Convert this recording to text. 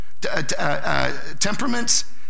temperaments